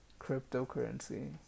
cryptocurrency